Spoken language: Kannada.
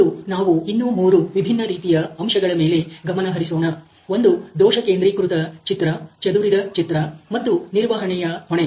ಇಂದು ನಾವು ಇನ್ನು ಮೂರು ವಿಭಿನ್ನ ರೀತಿಯ ಅಂಶಗಳ ಮೇಲೆ ಗಮನ ಹರಿಸೋಣ ಒಂದು ದೋಷ ಕೇಂದ್ರೀಕೃತ ಚಿತ್ರ ಚದುರಿದ ಚಿತ್ರ ಮತ್ತು ನಿರ್ವಹಣೆಯ ಹೊಣೆ